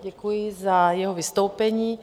Děkuji za jeho vystoupení.